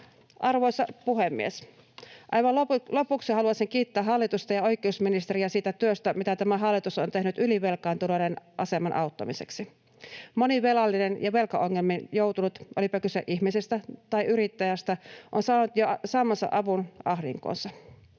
Arvoisa puhemies! Aivan lopuksi haluaisin kiittää hallitusta ja oikeusministeriä siitä työstä, mitä tämä hallitus on tehnyt ylivelkaantuneiden aseman auttamiseksi. Moni velallinen ja velkaongelmiin joutunut, olipa kyse ihmisestä tai yrittäjästä, on saamassa avun ahdinkoonsa.